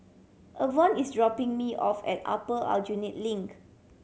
Avon is dropping me off at Upper Aljunied Link